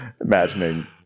Imagining